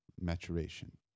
maturation